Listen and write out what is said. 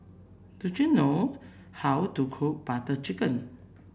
do you know how to cook Butter Chicken